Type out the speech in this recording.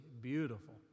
beautiful